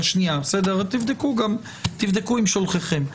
אבל תבדקו עם שולחיכם.